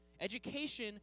Education